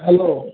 hello